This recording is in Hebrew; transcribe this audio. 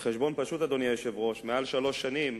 בחשבון פשוט, מעל שלוש שנים